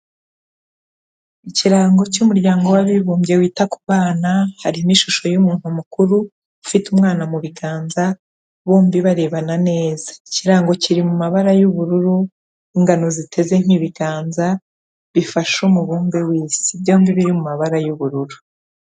Ikirango cy'Umuryango w'Abibumbye wita ku bana, harimo ishusho y'umuntu mukuru ufite umwana mu biganza, bombi barebana neza. Ikirango kiri mu mabara y'ubururu, ingano ziteze nk'ibiganza bifasha umubumbe w'isi. Byombi biri mu mabara y'ubururu.